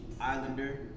Islander